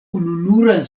ununuran